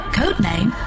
codename